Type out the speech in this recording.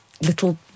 little